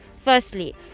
Firstly